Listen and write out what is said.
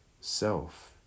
self